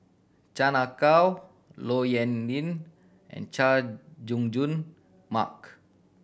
Chan Ah Kow Low Yen Ling and Chay Jung Jun Mark